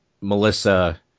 Melissa